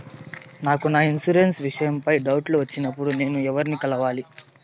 నాకు నా ఇన్సూరెన్సు విషయం పై డౌట్లు వచ్చినప్పుడు నేను ఎవర్ని కలవాలి?